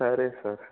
సరే సార్